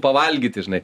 pavalgyti žinai